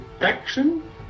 action